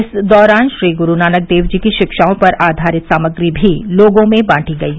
इस दौरान श्री ग्रूनानक देव जी की शिक्षाओं पर आधारित सामग्री भी लोगों में बांटी गयी